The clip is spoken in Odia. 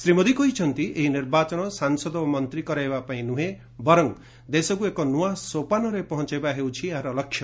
ଶ୍ରୀ ମୋଦି କହିଛନ୍ତି ଏହି ନିର୍ବାଚନ ସାଂସଦ ଓ ମନ୍ତ୍ରୀ କରାଇବା ପାଇଁ ନୁହେଁ ବରଂ ଦେଶକୁ ଏକ ନୂଆ ସୋପାନରେ ପହଞ୍ଚାଇବା ହେଉଛି ଏହାର ଲକ୍ଷ୍ୟ